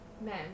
Men